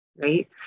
Right